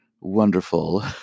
wonderful